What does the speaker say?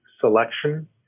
selection